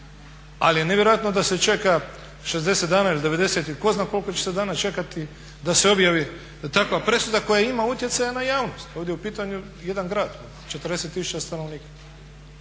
Ali je nevjerojatno da se čeka 60 ili 90 dana ili tko zna koliko će se dana čekati da se objavi takva presuda koja ima utjecaja na javnost. Ovdje je u pitanju jedan grad od 40 tisuća stanovnika.